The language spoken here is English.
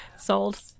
Sold